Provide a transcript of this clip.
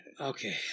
okay